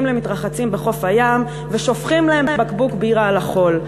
למתרחצים בחוף הים ושופכים להם בקבוק בירה על החול.